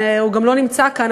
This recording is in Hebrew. והוא גם לא נמצא כאן,